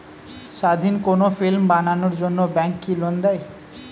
স্বাধীন কোনো ফিল্ম বানানোর জন্য ব্যাঙ্ক কি লোন দেয়?